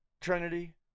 Trinity